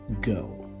go